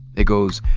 it goes,